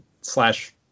slash